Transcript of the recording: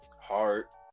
heart